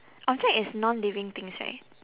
object is non living things right